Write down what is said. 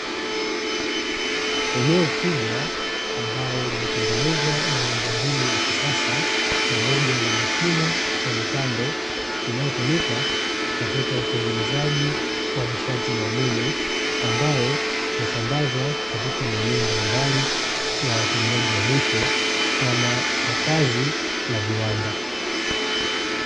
Eneo kubwa ambalo limetengenezwa na miundombinu ya kisasa, pamoja na mashine na mitambo inayotumika katika utengenezaji wa nishati ya umeme, ambayo husambazwa katika maeneo mbalimbali ya watumiaji wa mwisho kama makazi na viwanda.